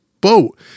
boat